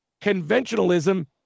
conventionalism